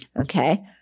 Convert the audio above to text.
okay